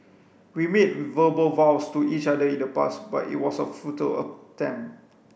we made verbal vows to each other in the past but it was a futile attempt